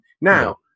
Now